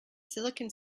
silicon